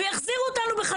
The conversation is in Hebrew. ויחזירו אותנו בחזרה.